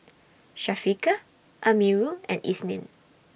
Syafiqah Amirul and Isnin